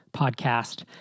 podcast